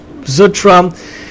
Zutram